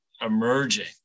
emerging